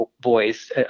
boys